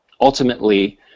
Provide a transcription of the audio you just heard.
Ultimately